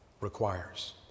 requires